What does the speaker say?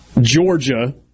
Georgia